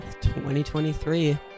2023